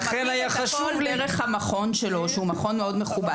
הוא מכיר את הכול דרך המכון שלו שהוא מכון מאוד מכובד.